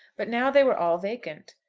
but now they were all vacant.